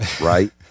right